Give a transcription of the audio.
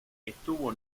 estuvo